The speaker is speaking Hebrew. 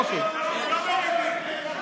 לא מורידים.